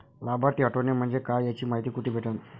लाभार्थी हटोने म्हंजे काय याची मायती कुठी भेटन?